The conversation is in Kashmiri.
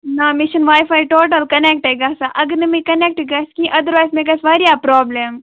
نہ مےٚ چھُنہٕ واے فاے ٹوٹَل کَنٮ۪کٹاے گَژھان اَگر نہٕ مےٚ یہِ کَنٮ۪کٹ گَژھِ کِہیٖنۍ اَدَروایِز مےٚ گَژھِ واریاہ پرابلم